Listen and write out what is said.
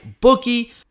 bookie